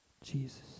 Jesus